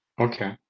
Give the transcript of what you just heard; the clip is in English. Okay